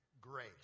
grace